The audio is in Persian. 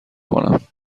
کنم